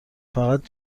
فقط